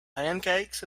pancakes